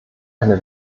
eine